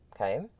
okay